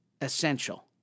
essential